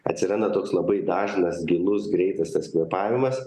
atsiranda toks labai dažnas gilus greitas tas kvėpavimas